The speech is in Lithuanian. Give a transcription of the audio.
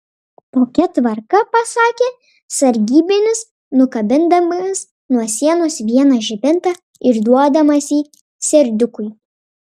tokia tvarka pasakė sargybinis nukabindamas nuo sienos vieną žibintą ir duodamas jį serdiukui